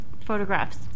photographs